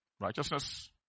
righteousness